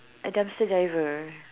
a dumpster diver